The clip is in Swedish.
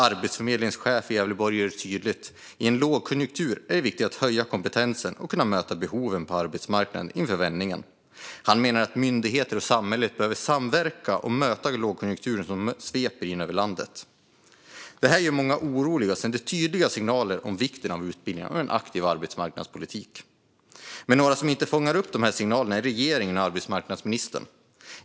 Arbetsförmedlingens chef i Gävleborg säger det tydligt: I en lågkonjunktur är det viktigt att höja kompetensen och kunna möta behoven på arbetsmarknaden inför vändningen. Han menar att myndigheter och samhället behöver samverka för att möta den lågkonjunktur som sveper in över landet. Detta gör många oroliga och sänder tydliga signaler om vikten av utbildning och en aktiv arbetsmarknadspolitik. Men några som inte fångar upp dessa signaler är regeringen och arbetsmarknadsministern.